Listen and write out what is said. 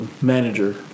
manager